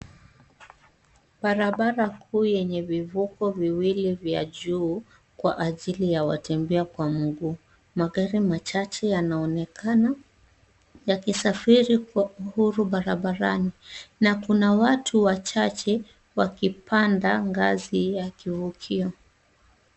Barabara kuu yenye vivuko viwili vya juu, kwa ajili ya watembea kwa mguu. Magari machache yanaonekana, yakisafiri kwa uhuru barabarani, na kuna watu wachache, wakipanda ngazi ya kivukio.